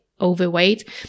overweight